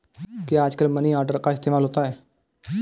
क्या आजकल money order का इस्तेमाल होता है?